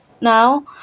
now